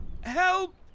Help